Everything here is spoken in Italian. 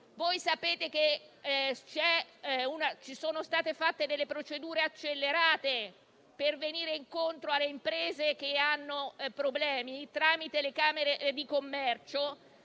Sapete che sono state fatte delle procedure accelerate per venire incontro alle imprese che hanno problemi tramite le camere di commercio.